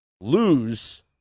Lose